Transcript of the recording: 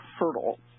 fertile